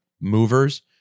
movers